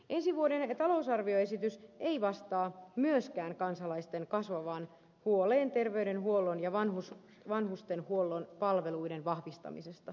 ensi vuoden talousarvioesitys ei vastaa myöskään kansalaisten kasvavaan huoleen terveydenhuollon ja vanhustenhuollon palveluiden vahvistamisesta